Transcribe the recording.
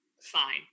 fine